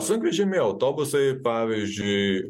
sunkvežimiai autobusai pavyzdžiui